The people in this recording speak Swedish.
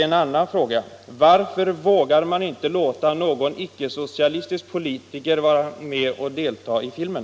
En annan fråga: Varför vågar man inte låta någon icke-socialistisk politiker vara med i filmen?